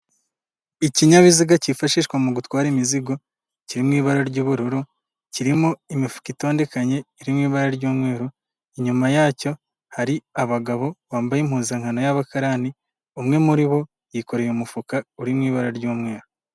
Ikinyabiziga cyifashishwa mu gutwara imizigo, kiri mu ibara ry'ubururu, kirimo imifuka itondekanye irimo ibara ry'umweru, inyuma yacyo hari abagabo bambaye impuzankano y'abakarani. umwe muri bo yikoreye umufuka uri mu ibara ry'umweru.